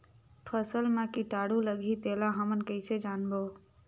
फसल मा कीटाणु लगही तेला हमन कइसे जानबो?